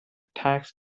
tax